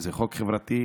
זה חוק חברתי,